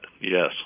yes